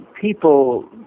people